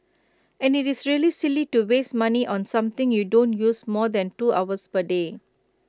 and it's really silly to waste money on something you don't use more than two hours per day